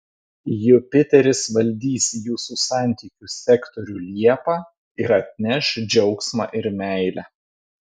jupiteris valdys jūsų santykių sektorių liepą ir atneš džiaugsmą ir meilę